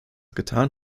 getan